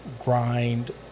grind